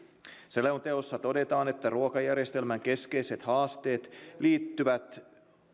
selonteossa todetaan että ruokajärjestelmän keskeiset haasteet liittyvät